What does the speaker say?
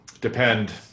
depend